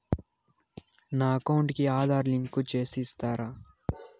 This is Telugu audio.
నా అకౌంట్ కు ఆధార్ లింకు సేసి ఇస్తారా?